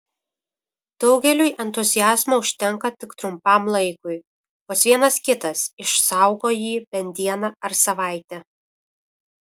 daugeliui entuziazmo užtenka tik trumpam laikui vos vienas kitas išsaugo jį bent dieną ar savaitę